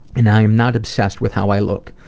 and i am not obsessed with how i look.